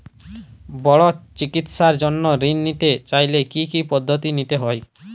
বড় চিকিৎসার জন্য ঋণ নিতে চাইলে কী কী পদ্ধতি নিতে হয়?